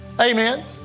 Amen